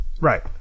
Right